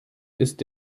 ist